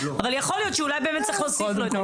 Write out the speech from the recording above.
אבל יכול להיות שאולי צריך להוסיף לו את ההתאחדות.